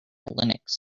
linux